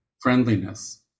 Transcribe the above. friendliness